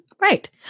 Right